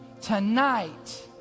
Tonight